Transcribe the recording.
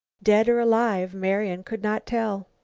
dead or alive? marian could not tell.